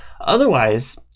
Otherwise